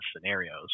scenarios